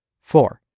Four